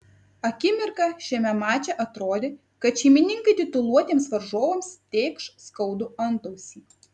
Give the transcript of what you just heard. akimirką šiame mače atrodė kad šeimininkai tituluotiems varžovams tėkš skaudų antausį